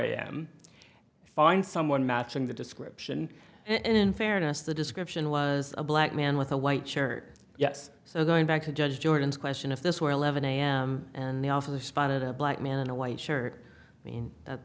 am find someone matching the description and in fairness the description was a black man with a white shirt yes so going back to judge jordan's question if this were eleven am and they also spotted a black man in a white shirt i mean